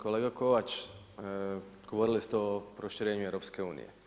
Kolega Kovač, govorili ste o proširenju EU.